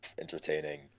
entertaining